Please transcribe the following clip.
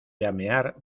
llamear